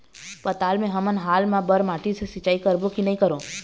पताल मे हमन हाल मा बर माटी से सिचाई करबो की नई करों?